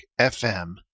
FM